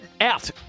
out